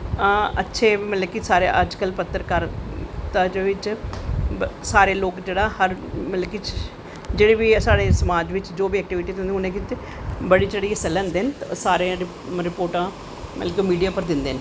हां अच्छे मतलव कि सारे पत्तरकारिता बिच्च हर लोग मतलव जेह्ड़े बी साढ़े समाज़ बी जो बी ऐक्टिविटी कीती बड़ी चड़ियै हिस्सा लैंदे ते सारे रिपोर्टां मतलव कि मीडिया पर दिंदे न